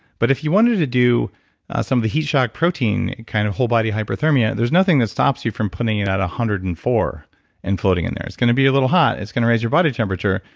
but if you wanted to do some of the heat shock protein kind of whole body hypothermia there's nothing that stops you from putting it at one ah hundred and four and floating in there. it's going to be a little hot. it's going to raise your body temperature,